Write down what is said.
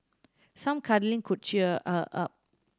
some cuddling could cheer her up